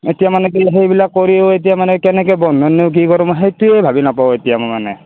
এতিয়া মানে কি সেইবিলাক কৰিও এতিয়া মানে কেনেকৈ বন্ধননো কি কৰোঁ মই সেইটোৱে ভাবি নেপাওঁ এতিয়া মানে